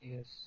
Yes